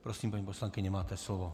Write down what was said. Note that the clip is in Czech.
Prosím, paní poslankyně, máte slovo.